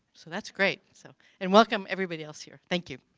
so that's great so. and welcome, everybody else here. thank you.